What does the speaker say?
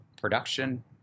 production